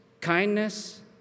kindness